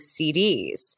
CDs